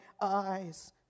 eyes